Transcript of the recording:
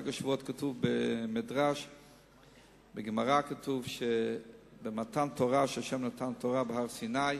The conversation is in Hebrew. כתוב בגמרא שבמתן תורה, כשה' נתן תורה בהר-סיני,